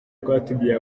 rwatubyaye